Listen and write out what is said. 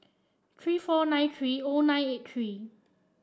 three four nine three O nine eight three